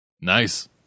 Nice